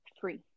free